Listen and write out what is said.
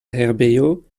herbejo